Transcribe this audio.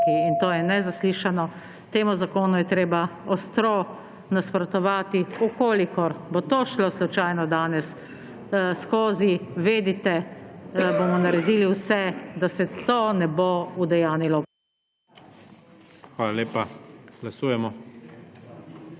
In to je nezaslišano. Temu zakonu je treba ostro nasprotovati. V kolikor bo to šlo slučajno danes skozi, vedite, da bomo naredili vse, da se to ne bo udejanjilo. PREDSEDNIK IGOR